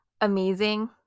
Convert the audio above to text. amazing